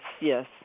yes